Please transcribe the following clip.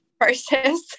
process